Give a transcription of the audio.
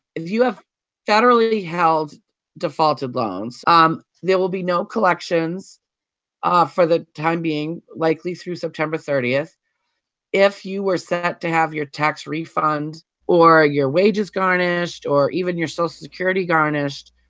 if you have federally held defaulted loans, um there will be no collections ah for the time being, likely through september thirty. if if you were set to have your tax refund or your wages garnished or even your social so security garnished,